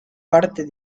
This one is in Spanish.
parte